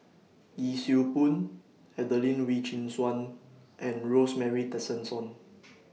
Yee Siew Pun Adelene Wee Chin Suan and Rosemary Tessensohn